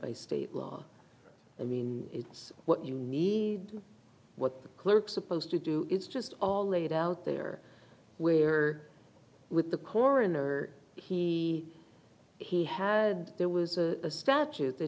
by state law i mean it's what you need what the clerk supposed to do it's just all laid out there where with the coroner he he had there was a statute th